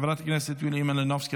חברת הכנסת יוליה מלינובסקי,